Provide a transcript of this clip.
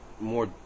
more